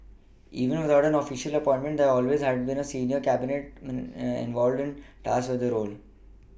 even without an official appointment there had always been a senior Cabinet environment tasked with the role